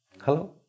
hello